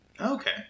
Okay